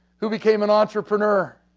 who became an entrepreneur,